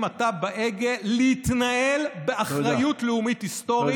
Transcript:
עתה בהגה להתנהל באחריות לאומית היסטורית,